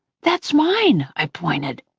that's mine! i pointed.